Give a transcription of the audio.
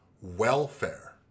Welfare